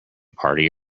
party